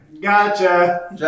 Gotcha